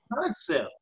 concept